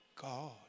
God